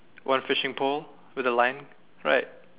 one fishing pole with the line right